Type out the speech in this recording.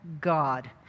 God